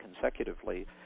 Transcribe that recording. consecutively